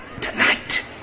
tonight